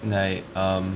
like um